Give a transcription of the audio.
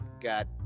got